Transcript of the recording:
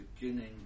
beginning